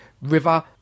River